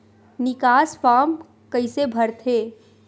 निकास फारम कइसे भरथे?